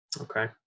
okay